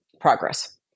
progress